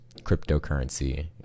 cryptocurrency